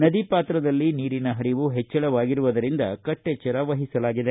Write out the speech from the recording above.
ನದಿ ಪಾತ್ರದಲ್ಲಿ ನೀರಿನ ಹರಿವು ಹೆಚ್ಚಳವಾಗಿರುವುದರಿಂದ ಕಟ್ಟೆಚ್ಚರವಹಿಸಲಾಗಿದೆ